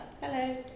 Hello